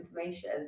information